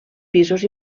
pisos